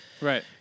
right